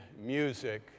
music